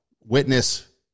witness